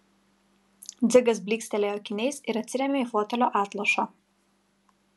dzigas blykstelėjo akiniais ir atsirėmė į fotelio atlošą